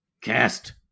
cast